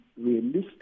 realistic